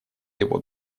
его